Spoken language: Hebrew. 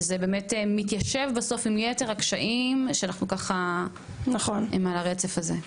וזה מתיישב בסוף עם יתר הקשיים שעל הרצף הזה.